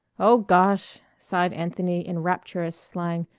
oh, gosh! sighed anthony in rapturous slang,